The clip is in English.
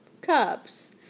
cups